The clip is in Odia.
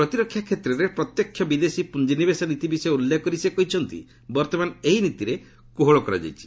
ପ୍ରତିରକ୍ଷା କ୍ଷେତ୍ରରେ ପ୍ରତ୍ୟକ୍ଷ ବିଦେଶୀ ପ୍ରଞ୍ଜିନିବେଶ ନୀତି ବିଷୟ ଉଲ୍ଲେଖ କରି ସେ କହିଛନ୍ତି ବର୍ଭମାନ ଏହି ନୀତିରେ କୋହଳ କରାଯାଇଛି